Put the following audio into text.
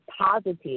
positive